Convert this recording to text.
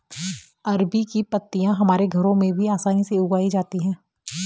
अरबी की पत्तियां हमारे घरों में भी आसानी से उगाई जाती हैं